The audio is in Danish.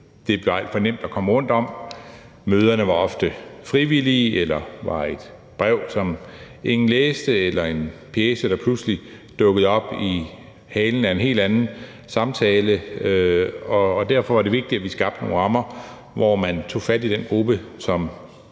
Det blev alt for nemt at komme rundt om, møderne var ofte frivillige, eller det var et brev, som ingen læste, eller en pjece, der pludselig dukkede op i halen af en helt anden samtale. Derfor var det vigtigt, at vi skabte nogle rammer, hvor man tog fat i den gruppe, som